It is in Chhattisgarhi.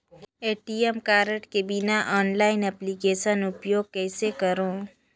ए.टी.एम कारड के बिना ऑनलाइन एप्लिकेशन उपयोग कइसे करो?